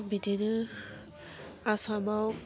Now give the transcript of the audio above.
बिदिनो आसामाव